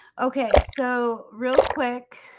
okay, so real quick